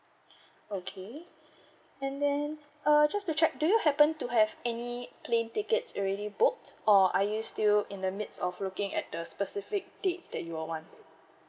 okay and then uh just to check do you happen to have any plane tickets already booked or are you still in the midst of looking at a specific dates that you all want